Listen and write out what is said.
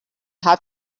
have